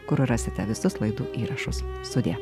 kur rasite visus laidų įrašus sudie